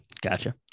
Gotcha